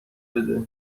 بده